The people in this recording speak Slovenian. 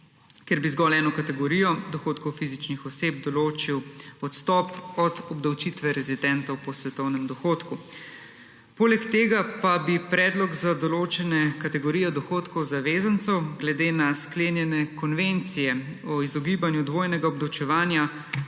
ker bi zgolj za eno kategorijo dohodkov fizičnih oseb določil odstop od obdavčitve rezidentov po svetovnem dohodku. Poleg tega pa bi predlog za določene kategorije dohodkov zavezancev glede na sklenjene konvencije o izogibanju dvojnega obdavčevanja